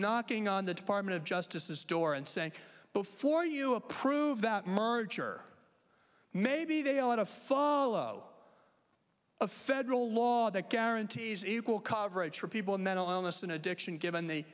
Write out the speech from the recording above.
knocking on the department of justice's door and saying before you approve that merger maybe they ought to follow a federal law that guarantees equal coverage for people of mental illness and addiction given the